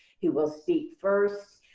who will speak first.